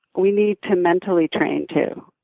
we need to mentally train, too.